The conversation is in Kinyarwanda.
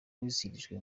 wizihirijwe